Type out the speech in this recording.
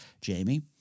Jamie